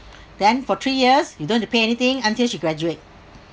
then for three years you don't have to pay anything until she graduate